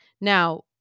Now